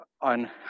on